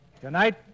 Tonight